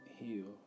heal